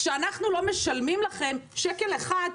כשאנחנו לא משלמים לכם שקל אחד,